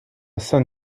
san